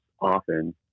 often